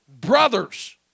brothers